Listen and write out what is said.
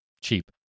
cheap